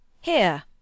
Here